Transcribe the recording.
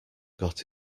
got